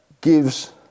gives